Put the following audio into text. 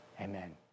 Amen